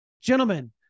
Gentlemen